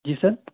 جی سر